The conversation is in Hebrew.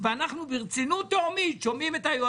תודה רבה.